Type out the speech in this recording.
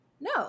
no